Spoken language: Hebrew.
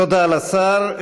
תודה לשר.